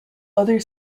other